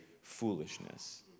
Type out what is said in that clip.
foolishness